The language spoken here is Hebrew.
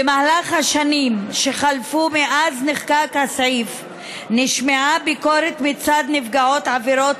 במהלך השנים שחלפו מאז נחקק הסעיף נשמעה ביקורת מצד נפגעות עבירות